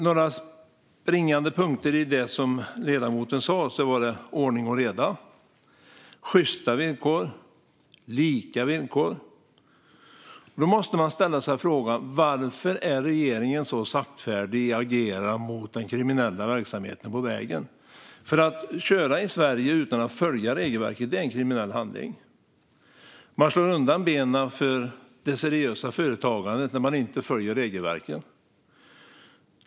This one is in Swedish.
Några springande punkter i det som ledamoten sa var det här med ordning och reda, sjysta villkor och lika villkor. Man måste ställa sig frågan: Varför är regeringen så saktfärdig i att agera mot den kriminella verksamheten på vägen? Att köra i Sverige utan att följa regelverket är en kriminell handling. Man slår undan benen för det seriösa företagandet när man inte följer regelverket.